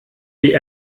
die